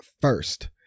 first